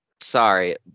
Sorry